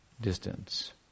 distance